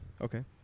Okay